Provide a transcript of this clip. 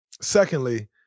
Secondly